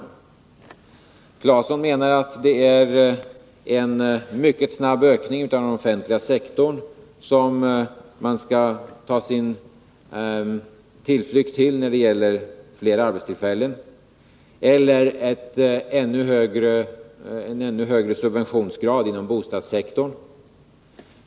Herr Claeson menar att det är en mycket snabb ökning av den offentliga sektorn som man behöver ta sin tillflykt till när det gäller att få flera arbetstillfällen, eller en ännu högre subventionsgrad inom bostadssektorn.